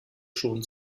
schon